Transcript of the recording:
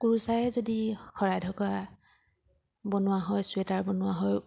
কুৰ্চাই যদি শৰাই ঢকা বনোৱা হয় চুৱেটাৰ বনোৱা হয়